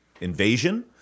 invasion